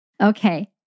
Okay